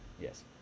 yes